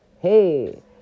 Hey